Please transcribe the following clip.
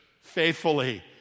faithfully